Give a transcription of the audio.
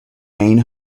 main